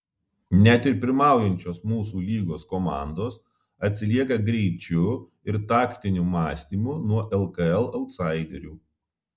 net ir pirmaujančios mūsų lygos komandos atsilieka greičiu ir taktiniu mąstymu nuo lkl autsaiderių